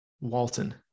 Walton